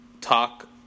talk